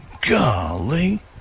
Golly